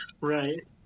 Right